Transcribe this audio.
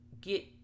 get